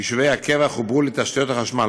יישובי הקבע חוברו לתשתיות החשמל.